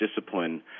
discipline